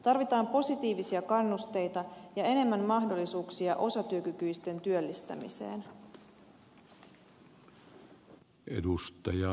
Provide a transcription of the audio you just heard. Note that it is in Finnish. tarvitaan positiivisia kannusteita ja enemmän mahdollisuuksia osatyökykyisten työllistämiseen